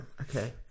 Okay